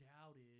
doubted